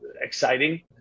exciting